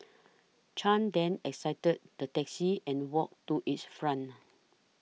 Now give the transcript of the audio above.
Chan then exited the taxi and walked to its front